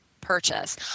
purchase